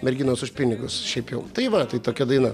merginos už pinigus šiaip jau tai va tai tokia daina